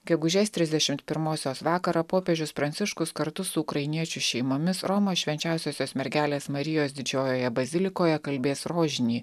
gegužės trisdešimt pirmosios vakarą popiežius pranciškus kartu su ukrainiečių šeimomis romos švenčiausiosios mergelės marijos didžiojoje bazilikoje kalbės rožinį